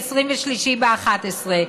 ב-23 בנובמבר,